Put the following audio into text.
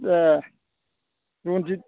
ए Ranjit